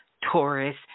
Taurus